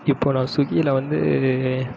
இப்போ நான் சுகியில் வந்து